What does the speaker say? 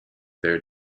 their